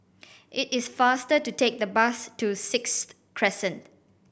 it is faster to take the bus to Sixth Crescent